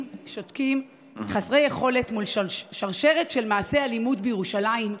ושותקים חסרי יכולת מול שרשרת של מעשי אלימות בירושלים,